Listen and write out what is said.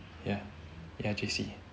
ya ya J_C